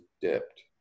dipped